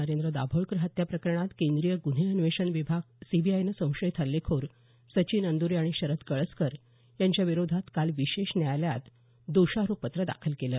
नरेंद्र दाभोलकर हत्या प्रकरणात केंद्रीय गुन्हे अन्वेषण विभागा सीबीआयनं संशयित हल्लेखोर सचिन अंदुरे आणि शरद कळसकर यांच्या विरोधात काल विशेष न्यायालयात दोषारोपपत्र दाखल केलं